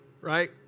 right